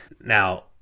Now